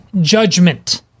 judgment